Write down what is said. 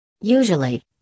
Usually